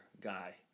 guy